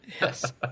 Yes